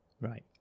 right